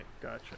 Gotcha